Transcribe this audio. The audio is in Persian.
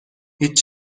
هیچ